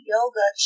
Yoga